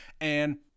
And-